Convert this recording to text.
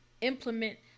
implement